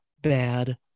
bad